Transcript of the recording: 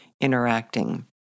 interacting